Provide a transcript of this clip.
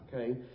okay